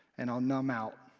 and i'll numb out.